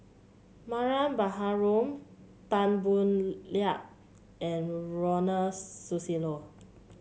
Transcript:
Mariam Baharom Tan Boo Liat and Ronald Susilo